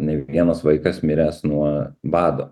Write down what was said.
ne vienas vaikas miręs nuo bado